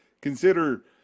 consider